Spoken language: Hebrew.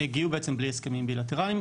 הגיעו בלי הסכמים בילטרליים.